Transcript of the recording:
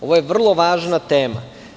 Ovo je vrlo važna tema.